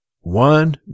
one